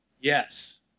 Yes